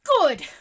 Good